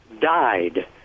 died